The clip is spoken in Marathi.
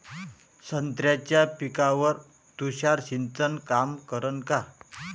संत्र्याच्या पिकावर तुषार सिंचन काम करन का?